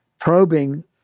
probing